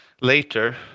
later